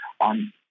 on